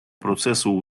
процесу